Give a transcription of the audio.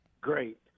Great